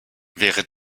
wäre